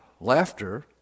laughter